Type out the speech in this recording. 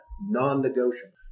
Non-negotiable